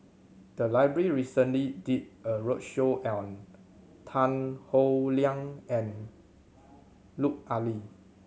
the library recently did a roadshow on Tan Howe Liang and Lut Ali